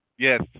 Yes